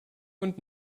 und